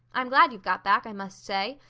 i'm glad you've got back, i must say.